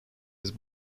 his